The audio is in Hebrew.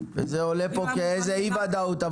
זה עולה פה כאיזה אי ודאות.